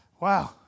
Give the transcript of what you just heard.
Wow